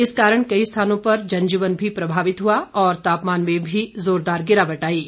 इस कारण कई स्थानों पर जनजीवन भी प्रभावित हुआ और तापमान में भी जोरदार गिरावट आई है